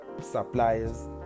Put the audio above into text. suppliers